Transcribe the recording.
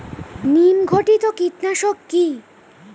নিম ঘটিত কীটনাশক কি?